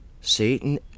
Satan